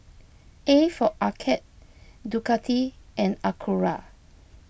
A for Arcade Ducati and Acura